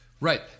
Right